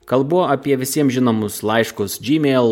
kalbu apie visiems žinomus laiškus gmail